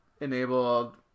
enabled